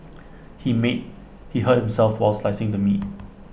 he meet he hurt himself while slicing the meat